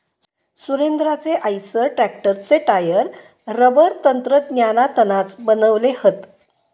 सुरेंद्राचे आईसर ट्रॅक्टरचे tyre rubber तंत्रज्ञानातनाच बनवले हत